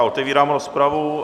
Otevírám rozpravu.